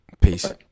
Peace